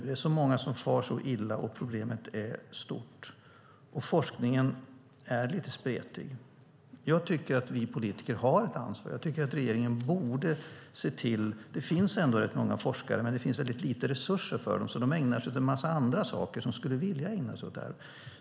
Det är så många som far illa, och problemet är stort. Forskningen är lite spretig. Jag tycker att vi politiker har ett ansvar. Regeringen borde se till detta. Det finns många forskare, men det finns väldigt lite resurser för dem, så de ägnar sig åt en massa andra saker fastän de skulle vilja ägna sig åt det här.